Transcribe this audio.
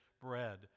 bread